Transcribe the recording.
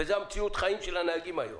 וזו מציאות החיים של הנהגים היום.